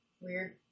Weird